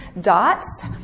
dots